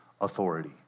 authority